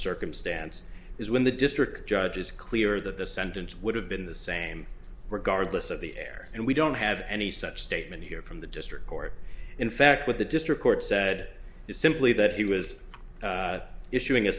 circumstance is when the district judge is clear that the sentence would have been the same regardless of the air and we don't have any such statement here from the district court in fact what the district court said is simply that he was issuing a